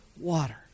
water